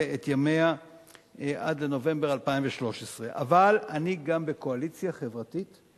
את ימיה עד לנובמבר 2013. אבל אני גם בקואליציה חברתית,